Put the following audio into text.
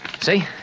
See